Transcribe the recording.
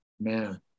man